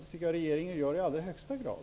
Det gör regeringen i allra högsta grad.